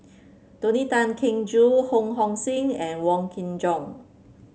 Tony Tan Keng Joo Ho Hong Sing and Wong Kin Jong